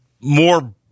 more